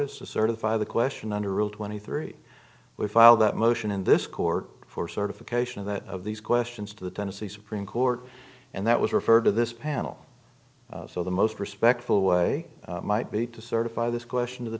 is to certify the question under rule twenty three we filed that motion in this court for certification of that of these questions to the tennessee supreme court and that was referred to this panel so the most respectful way might be to certify this question to the